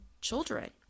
children